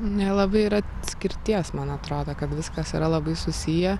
nelabai yra skirties man atrodo kad viskas yra labai susiję